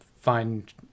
find